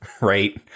right